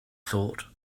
thought